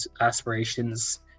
aspirations